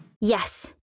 Yes